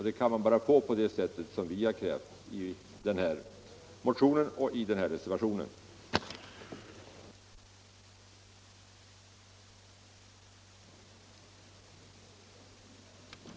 Det kan man bara få på det sätt som vi från centern har krävt i vår motion och i reservationen 4.